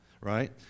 right